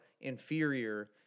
inferior